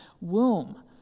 womb